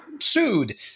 sued